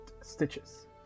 stitches